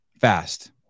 Fast